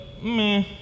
meh